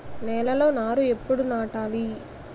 నేలలో నారు ఎప్పుడు నాటాలి?